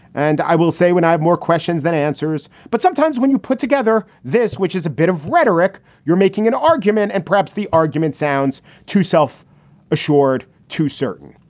and i will say when i have more questions than answers. but sometimes when you put together this, which is a bit of rhetoric, you're making an argument and perhaps the argument sounds too self assured to certain.